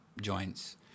joints